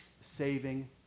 saving